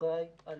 שאחראי על